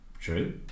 True